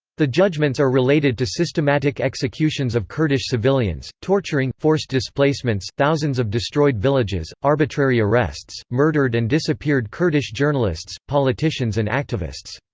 the judgments are related to systematic executions of kurdish civilians, torturing, forced displacements, thousands of destroyed villages, arbitrary arrests, murdered and disappeared kurdish journalists, politicians and activists.